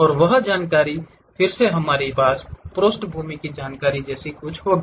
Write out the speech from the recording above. और वह जानकारी फिर से हमारे पास पृष्ठभूमि की जानकारी जैसी कुछ होगी